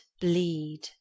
bleed